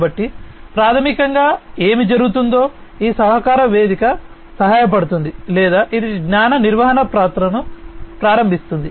కాబట్టి ప్రాథమికంగా ఏమి జరుగుతుందో ఈ సహకార వేదిక సహాయపడుతుంది లేదా ఇది జ్ఞాన నిర్వహణను ప్రారంభిస్తుంది